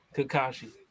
Kakashi